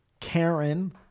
Karen